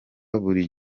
buri